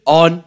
on